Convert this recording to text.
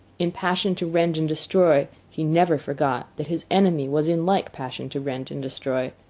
in passion to rend and destroy, he never forgot that his enemy was in like passion to rend and destroy.